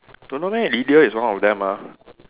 don't know meh Lydia is one of them ah